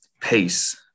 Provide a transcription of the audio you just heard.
pace –